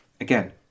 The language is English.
again